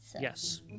Yes